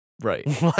Right